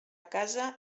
casa